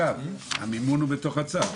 המימון הוא בתוך הצו.